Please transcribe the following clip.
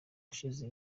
ushize